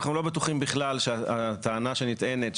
אנחנו לא בטוחים בכלל שהטענה שנטענת,